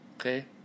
Okay